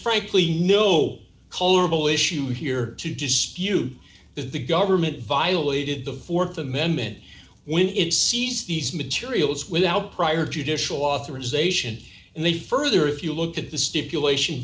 frankly no colorable issue here to dispute that the government violated the th amendment when it sees these materials without prior judicial authorization and they further if you look at the stipulation